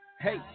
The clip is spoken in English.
Hey